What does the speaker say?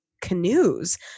canoes